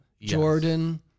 Jordan